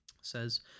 says